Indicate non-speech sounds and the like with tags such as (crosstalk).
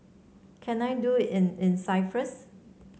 can I do in in (unintelligible)